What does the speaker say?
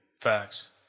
facts